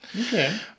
Okay